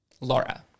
Laura